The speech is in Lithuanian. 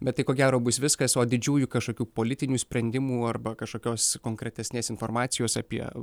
bet tai ko gero bus viskas o didžiųjų kažkokių politinių sprendimų arba kažkokios konkretesnės informacijos apie